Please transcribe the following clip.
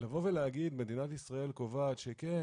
ולבוא ולהגיד שמדינת ישראל קובעת שכן,